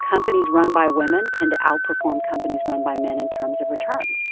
companies run by women tend to outperform companies run by men in terms of returns